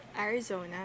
Arizona